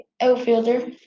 outfielder